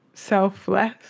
selfless